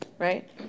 right